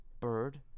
bird